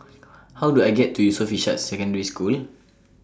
How Do I get to Yusof Ishak Secondary School